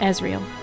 Ezreal